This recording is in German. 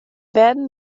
werden